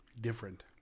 different